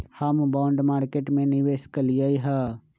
हम bond market में निवेश कलियइ ह